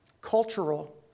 Cultural